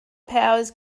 powers